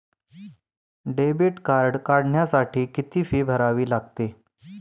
Debit card काढण्यासाठी किती fee भरावी लागते?